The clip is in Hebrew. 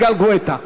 יגאל גואטה.